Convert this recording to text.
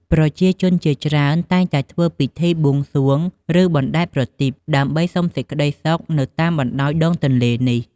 ប្រជាជនជាច្រើនតែងតែធ្វើពិធីបួងសួង ឬបណ្តែតប្រទីបដើម្បីសុំសេចក្តីសុខនៅតាមបណ្តោយដងទន្លេនេះ។